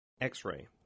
X-ray